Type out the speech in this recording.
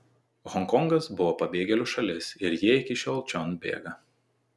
honkongas buvo pabėgėlių šalis ir jie iki šiol čion bėga